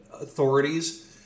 authorities